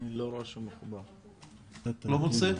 לא מוצא?